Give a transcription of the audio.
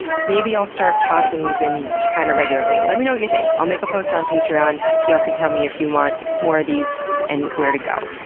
maybe i'll start tossing these in kind of regularly. let me know what you think. i'll make a post on patreon. y'all can tell me if you want more of these and where to go.